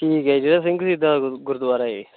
ਠੀਕ ਹੈ ਜੀ ਜਿਹੜਾ ਸਿੰਘ ਸ਼ਹੀਦਾਂ ਦਾ ਗੁ ਗੁਰਦੁਆਰਾ ਏ